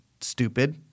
stupid